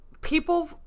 people